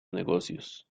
negocios